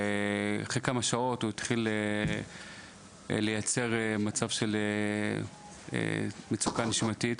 ואחרי כמה שעות הוא התחיל לייצר מצב של מצוקה נשימתית.